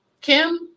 Kim